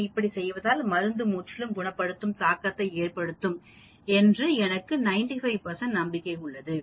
நான்இப்படி செய்வதால் மருந்து முற்றிலும் குணப்படுத்தும் தாக்கத்தை ஏற்படுத்தும் என்று எனக்கு 95 நம்பிக்கை உள்ளது